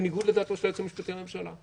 בניגוד לדעתו של היועץ המשפטי לממשלה,